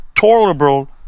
tolerable